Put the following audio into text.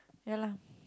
ya lah